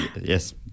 yes